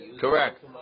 Correct